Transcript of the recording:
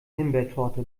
himbeertorte